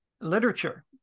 Literature